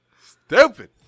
Stupid